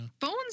phones